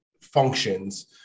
functions